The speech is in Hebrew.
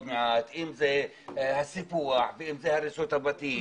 מעט אם זה הסיפוח ואם זה הריסות הבתים.